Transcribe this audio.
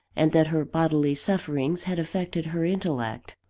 and that her bodily sufferings had affected her intellect.